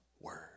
word